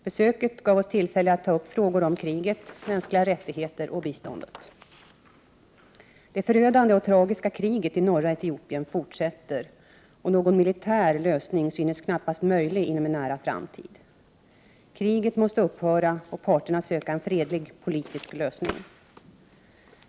Besöket gav oss tillfälle att ta upp frågor om kriget, mänskliga rättigheter och biståndet. Det förödande och tragiska kriget i norra Etiopien fortsätter, och någon militär lösning synes knappast möjlig inom en nära framtid. Kriget måste upphöra och parterna söka en fredlig politisk lösning.